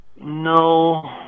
No